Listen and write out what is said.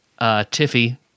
Tiffy